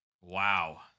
Wow